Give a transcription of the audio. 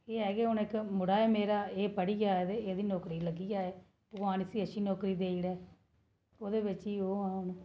एह् ऐ कि हू'न इक मुड़ा ऐ मेरा ते एह् पढ़ी जा ते एह्दी नौकरी लग्गी जा भगवान इसी कोई नौकरी देई ओड़ै ओह्दे बिच ओह् अं'ऊ